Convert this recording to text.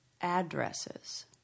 addresses